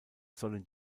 sollen